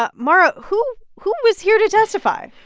ah mara, who who was here to testify?